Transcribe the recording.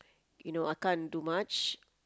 you know I can't do much